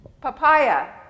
papaya